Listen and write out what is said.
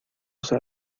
sea